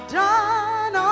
done